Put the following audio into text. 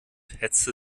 hetzte